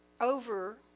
over